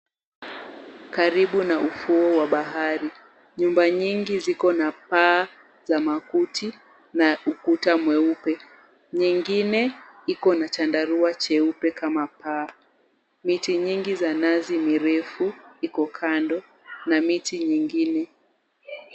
Karibu na ufuo wa bahari. Nyumba nyingi ziko na paa za makuti na ukuta mweupe. Nyingine iko na chandarua cheupe kama paa. Miti nyingi za nazi mirefu iko kando na miti nyingine.